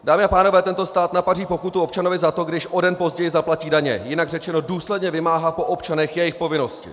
Dámy a pánové, tento stát napaří pokutu občanovi za to, když o den později zaplatí daně, jinak řečeno důsledně vymáhá po občanech jejich povinnosti.